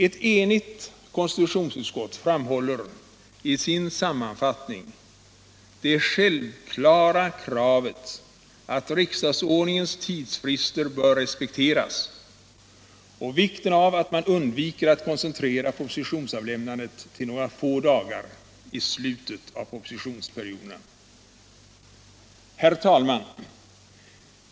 Ett enigt konstitutionsutskott framhåller i sin sammanfattning det självklara kravet att riksdagsordningens tidsfrister bör respekteras och vikten av att man undviker att koncentrera propositionsavlämnandet till några få dagar i slutet av propositionsperioderna. Herr talman!